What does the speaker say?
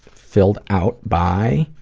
filled out by.